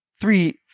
Three